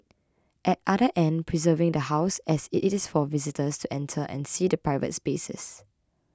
at end preserving the House as it is for visitors to enter and see the private spaces